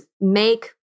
make